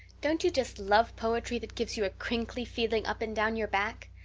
don't you just love poetry that gives you a crinkly feeling up and down your back?